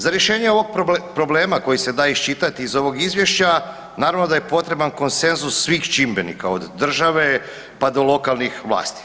Za rješenje ovog problema koji se da iščitati iz ovog izvješća naravno da je potreban konsenzus svih čimbenika, od države pa lokalnih vlasti.